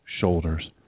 shoulders